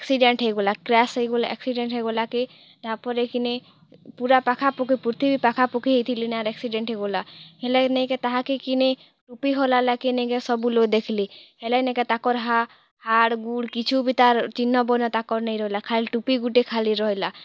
accident ହେଇଗଲା crash ହେଇଗଲା accident ହେଇଗଲାକେ ତାପରେ କିନି ପୂରା ପାଖାପଖି ପୃଥିବୀ ପାଖାପଖି ହେଇଥିଲେନା ଆର୍ ଏକ୍ସିଡ଼େଣ୍ଟ୍ ହେଇଗଲା ହେଲା ନେଇକେଁ ତାହାକେ କିନି ଟୁପି ହଲାଲାକେ କିନି ନେଇକେ ସବୁଲୋକ୍ ଦେଖଲେ ହେଲେ ନେଇକେ ତାଙ୍କର ହାଡ଼୍ ଗୁଡ଼୍ କିଛୁବି ତାର ଚିହ୍ନ ବର୍ଣ୍ଣ ତାଙ୍କର ନେଇ ରହିଲା ଖାଲି ଟୁପି ଗୋଟେ ଖାଲି ରହେଲା